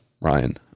Ryan